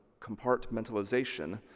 compartmentalization